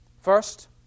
First